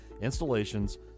installations